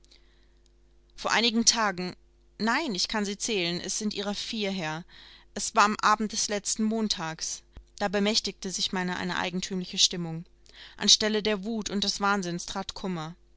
vor einigen tagen nein ich kann sie zählen es sind ihrer vier her es war am abend des letzten montags da bemächtigte sich meiner eine eigentümliche stimmung an stelle der wut und des wahnsinns trat kummer